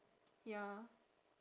ya